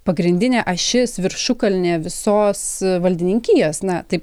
pagrindinė ašis viršukalnė visos valdininkijos na taip